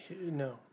No